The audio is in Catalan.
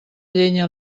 llenya